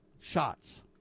shots